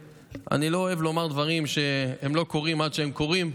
אך אני לא אוהב לומר דברים עד שהם קורים,